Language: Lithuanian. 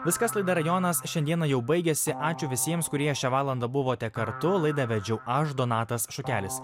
viskas laida rajonas šiandieną jau baigiasi ačiū visiems kurie šią valandą buvote kartu laidą vedžiau aš donatas šukelis